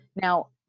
Now